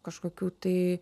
kažkokių tai